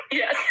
yes